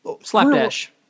slapdash